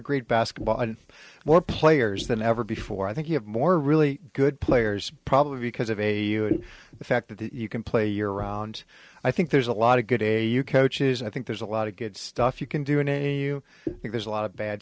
great basketball and more players than ever before i think you have more really good players probably because of a you the fact that you can play year round i think there's a lot of good a you coaches i think there's a lot of good stuff you can do in it you think there's a lot of bad